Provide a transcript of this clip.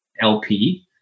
LP